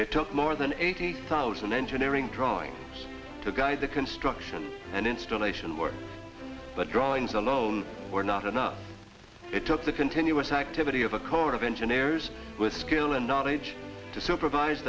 took more than eighty thousand engineering drawings to guide the construction and installation work but drawings alone were not enough it took the continuous activity of a corps of engineers with skill and knowledge to supervise